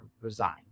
resign